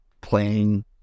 playing